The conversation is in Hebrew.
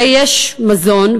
הרי יש מזון,